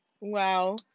Wow